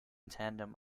tandem